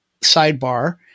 sidebar